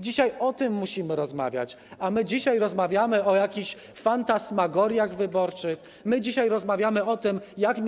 Dzisiaj o tym musimy rozmawiać, a my dzisiaj rozmawiamy o jakichś fantasmagoriach wyborczych, my dzisiaj rozmawiamy o tym, jak